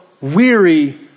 weary